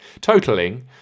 totaling